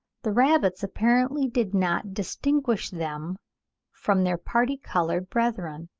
the rabbits apparently did not distinguish them from their parti-coloured brethren.